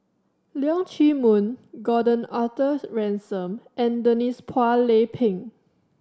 Leong Chee Mun Gordon Arthur Ransome and Denise Phua Lay Peng